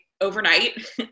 overnight